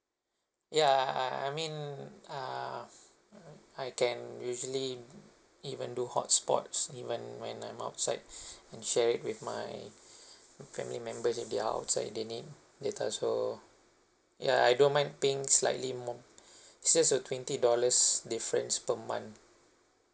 yeah I I I mean uh I can usually even do hotspot even when I'm outside and share it with my family members if they are outside they need data so yeah I don't mind paying slightly more it's just a twenty dollars difference per month